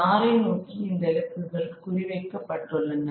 யாரை நோக்கி இந்த இலக்குகள் குறி வைக்கப்பட்டுள்ளன